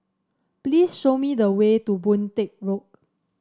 please show me the way to Boon Teck Road